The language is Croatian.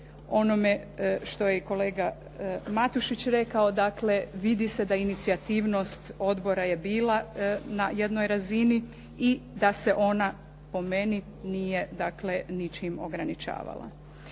onome što je kolega Matušić rekao, dakle vidi se da inicijativnost odbora je bila na jednoj razini i da se ona, po meni, nije dakle ničim ograničavala.